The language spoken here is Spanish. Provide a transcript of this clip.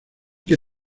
que